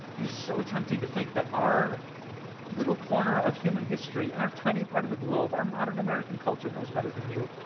is so tempting to think that our little corner of human history and our tiny part of the globe, our modern american culture knows better than you.